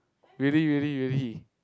really really really